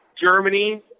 Germany